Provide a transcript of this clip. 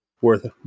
worth